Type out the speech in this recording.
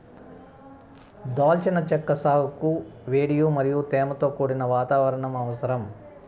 దాల్చిన చెక్క సాగుకు వేడి మరియు తేమతో కూడిన వాతావరణం అవసరం